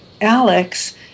Alex